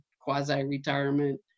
quasi-retirement